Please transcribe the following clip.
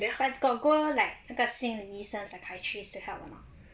but got go like 那个心理医生 psychiatrist to help or not